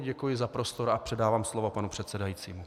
Děkuji za prostor a předávám slovo panu předsedajícímu.